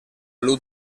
luz